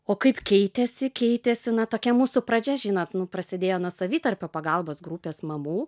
o kaip keitėsi keitėsi na tokia mūsų pradžia žinot nu prasidėjo nuo savitarpio pagalbos grupės mamų